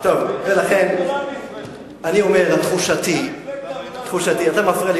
אתה מפריע לי,